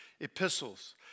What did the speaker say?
Epistles